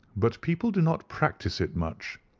but people do not practise it much.